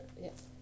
yes